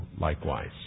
likewise